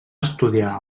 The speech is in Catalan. estudiar